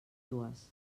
dues